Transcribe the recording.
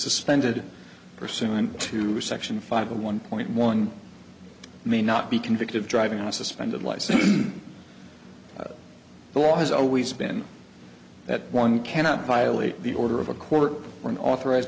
suspended pursuant to section five a one point one may not be convicted driving on a suspended license the law has always been that one cannot violate the order of a court or an authorized